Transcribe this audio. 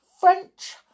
French